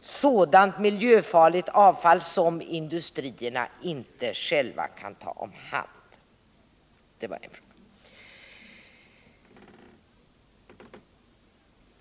sådant miljöfarligt avfall som industrierna inte själva kan ta om hand?